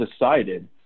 decided